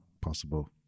possible